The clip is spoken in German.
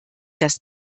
das